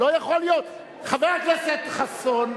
לא יכול להיות, חבר הכנסת חסון.